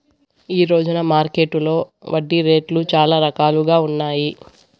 ఈ రోజున మార్కెట్టులో వడ్డీ రేట్లు చాలా రకాలుగా ఉన్నాయి